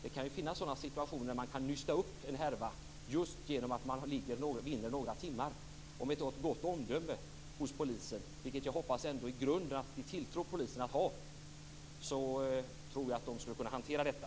Det kan ju finnas situationer där man kan nysta upp en härva just genom att man vinner några timmar. Om polisen har ett gott omdöme, och jag hoppas ändå att vi i grunden tilltror polisen att ha detta, så tror jag att de skulle kunna hantera detta.